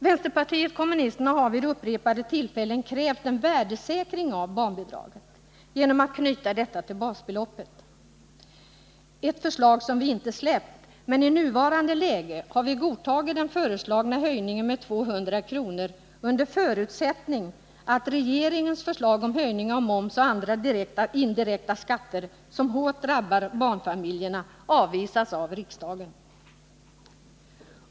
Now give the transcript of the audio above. Vänsterpartiet kommunisterna har vid upprepade tillfällen krävt en värdesäkring av barnbidraget, vilket kan åstadkommas genom att detta knyts till basbeloppet. Det förslaget har vi inte släppt, men i nuvarande läge har vi godtagit den föreslagna höjningen med 200 kr. under förutsättning att regeringens förslag om höjning av moms och andra indirekta skatter, som hårt drabbar barnfamiljerna, avvisas av riksdagen.